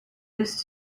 used